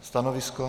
Stanovisko?